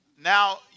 now